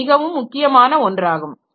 இது மிகவும் முக்கியமான ஒன்றாகும்